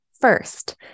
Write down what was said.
First